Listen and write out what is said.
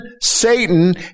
Satan